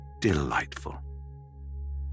Delightful